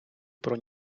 про